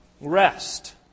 rest